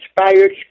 inspired